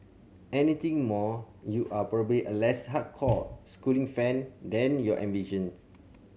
anything more you are probably a less hardcore Schooling fan than you envisions